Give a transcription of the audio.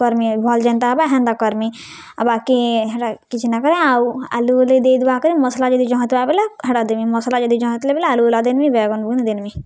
କର୍ମି ଭଲ୍ ଯେନ୍ଟା ହେବା ହେନ୍ତା କର୍ମି ଆଉ ବାକି ହେଟା କିଛି ନାଇ କରେ ଆଉ ଆଲୁଉଲି ଦେଇଦୁଆ କରି ମସ୍ଲା ଯଦି ଜହ ଥିବା ବେଲେ ହେଟା ଦେମି ମସ୍ଲା ଯଦି ଜହ ଥିବାବେଲେ ଆଲୁ ଉଲି ଦେଇନେମି ବାଏଗନ୍ବୁଗ୍ନି ଦେଇନେମି